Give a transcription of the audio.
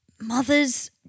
mothers